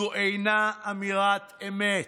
זו אינה אמירת אמת,